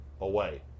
away